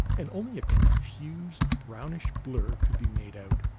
and only a confused brownish blur could be made out.